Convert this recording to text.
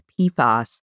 PFAS